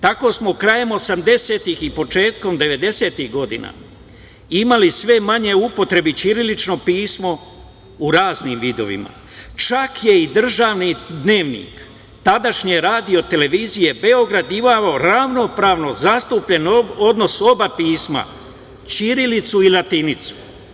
Tako smo krajem osamdesetih i početkom devedesetih godina, imali sve manje u upotrebi ćirilično pismo u raznim vidovima, čak je i državni dnevnik tadašnje Radio televizije Beograd imao ravnopravno zastupljen odnos oba pisma, ćirilicu i latinicu.